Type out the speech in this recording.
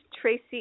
Tracy